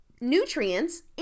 nutrients